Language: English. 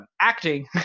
acting